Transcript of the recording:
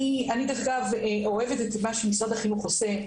אני אוהבת את מה שמשרד החינוך עושה,